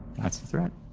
that's a threat.